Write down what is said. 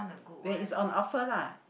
where is on offer lah